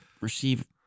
receive